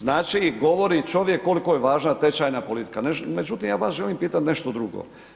Znači govori čovjek koliko je važna tečajna politika međutim ja vas želim pitat nešto drugo.